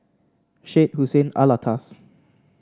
Syed Hussein Alatas